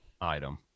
item